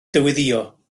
dyweddïo